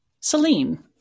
Celine